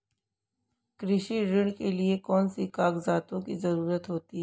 कृषि ऋण के लिऐ कौन से कागजातों की जरूरत होती है?